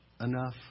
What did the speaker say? enough